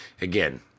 Again